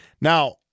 Now